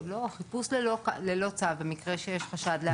לא, חיפוש ללא צו במקרה שיש חשד לעבירה.